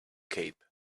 cape